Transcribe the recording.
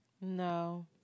no